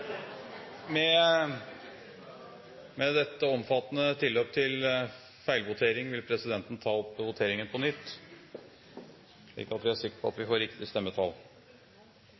Med dette omfattende tilløp til feilvotering vil presidenten ta voteringen på nytt, slik at vi er sikre på at vi får riktige stemmetall.